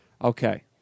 Okay